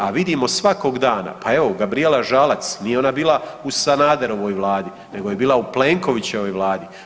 A vidimo svakog dana, pa evo Gabrijela Žalac, nije ona bila u Sanaderovoj vladi, nego je bila u Plenkovićevoj Vladi.